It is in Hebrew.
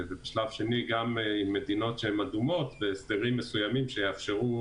ובשלב שני גם עם מדינות אדומות בהסדרים מסוימים שיאפשרו